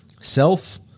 self